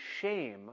shame